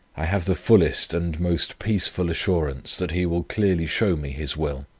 i have the fullest and most peaceful assurance, that he will clearly show me his will.